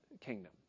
kingdom